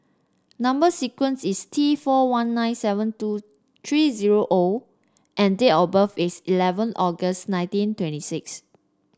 number sequence is T four one nine seven two three zero O and date of birth is eleven August nineteen twenty six